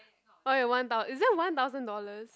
more than one thou~ is there one thousand dollars